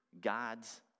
God's